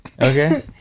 Okay